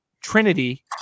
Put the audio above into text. Trinity